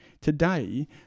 today